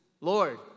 Lord